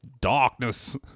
Darkness